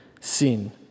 sin